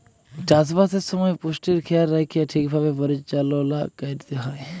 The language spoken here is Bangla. চাষবাসের সময় পুষ্টির খেয়াল রাইখ্যে ঠিকভাবে পরিচাললা ক্যইরতে হ্যয়